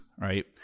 Right